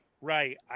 Right